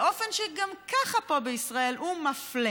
באופן שגם ככה פה בישראל הוא מפלה: